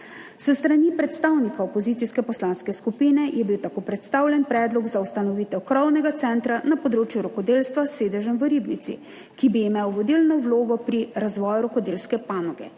S strani predstavnika opozicijske poslanske skupine je bil tako predstavljen predlog za ustanovitev krovnega centra na področju rokodelstva s sedežem v Ribnici, ki bi imel vodilno vlogo pri razvoju rokodelske panoge.